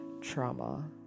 trauma